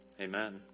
amen